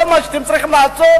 כל מה שאתם צריכים לעשות,